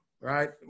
right